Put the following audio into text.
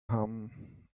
home